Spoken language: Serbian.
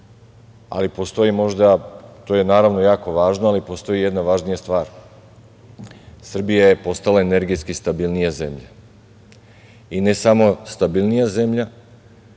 ali postoji možda, to je naravno, jako važno, ali postoji jedan važnija stvar, Srbija je postala energetski stabilnija zemlja. Ne samo stabilnija zemlja,